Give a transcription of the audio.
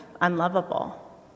unlovable